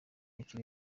kiri